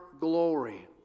glory